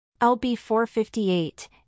LB-458